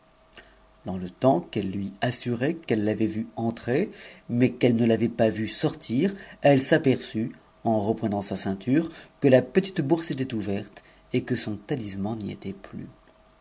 dans c tf qu'elles lui assuraient qu'elles l'avaient vu entrer mais qu'elles ne l'avait pas vu sortir elle s'aperçut en reprenant sa ceinture que la pp bourse était ouverte et que son talisman n'y était plus